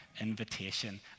invitation